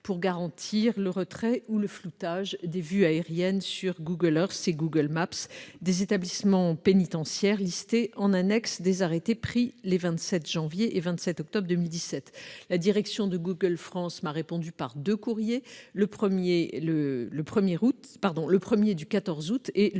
pour garantir le retrait ou le floutage des vues aériennes sur Google Earth et Google Maps des établissements pénitentiaires listés en annexe des arrêtés pris les 27 janvier et 27 octobre 2017. La direction de Google France m'a répondu par deux courriers, le premier du 14 août et le